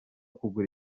kugura